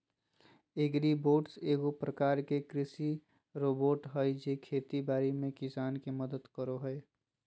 agribots एगो प्रकार के कृषि रोबोट हय जे खेती बाड़ी में किसान के मदद करो हय